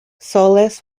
soles